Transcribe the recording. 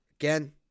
Again